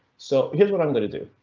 so here's what i'm going to do.